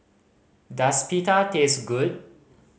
does Pita taste good